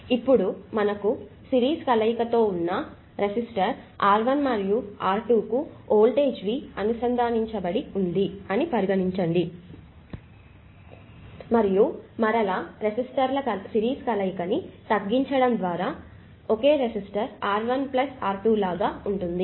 ఇప్పుడు మనకు ఇక్కడ సిరీస్ కలయికతో ఉన్న రెసిస్టర్ R1 మరియు R2కు వోల్టాజ్ V అనుసంధానించబడి ఉంది అని పరిగణించండి మరియు మరలా రెసిస్టర్ ల సిరీస్ కలయికని తగ్గించడం ద్వారా ఒకే రెసిస్టర్ R1 R2 లాగా ఉంటుంది